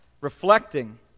Reflecting